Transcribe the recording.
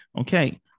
Okay